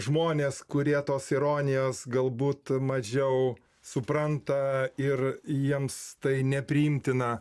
žmonės kurie tos ironijos galbūt mažiau supranta ir jiems tai nepriimtina